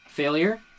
Failure